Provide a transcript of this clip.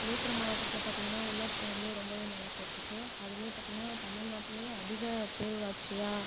விழுப்புரம் மாவட்டத்தில் பார்த்தீங்கன்னா உள்ளாட்சி வந்து ரொம்பவே நல்லா போய்கிட்டு இருக்குது அதுலே பார்த்தீங்கன்னா தமிழ்நாட்டில் அதிக பேரூராட்சியாக